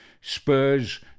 Spurs